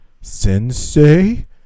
Sensei